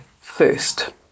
first